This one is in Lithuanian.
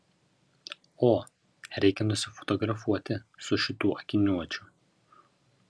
o reikia nusifotografuoti su šituo akiniuočiu